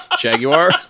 Jaguar